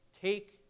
take